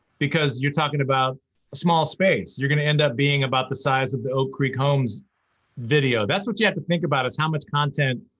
because you're talking about a small space, you're going to end up being about the size of the oak creek homes video. that's what you have to think about is how much content.